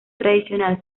tradicional